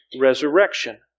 resurrection